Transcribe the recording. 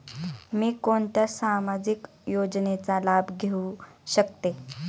मी कोणत्या सामाजिक योजनेचा लाभ घेऊ शकते?